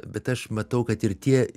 bet aš matau kad ir tie